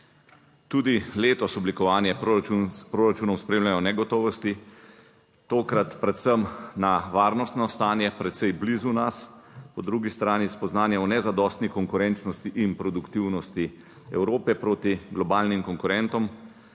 Tudi letos oblikovanje proračunov spremljajo negotovosti, tokrat predvsem na varnostno stanje precej blizu nas, po drugi strani spoznanja o nezadostni konkurenčnosti in produktivnosti Evrope proti globalnim konkurentom,